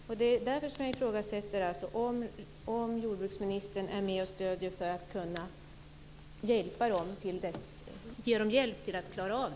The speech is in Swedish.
Det är därför som jag undrar om jordbruksministern är med och stöder för att kunna ge bönderna hjälp att klara av detta.